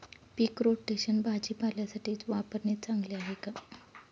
पीक rotation भाजीपाल्यासाठी वापरणे चांगले आहे का?